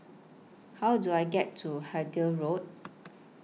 How Do I get to Hythe Road